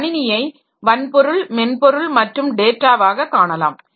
ஒரு கணினியை வன்பொருள் மென்பொருள் மற்றும் டேட்டாவாக காணலாம்